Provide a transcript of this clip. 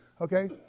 Okay